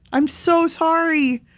i'm so sorry.